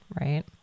right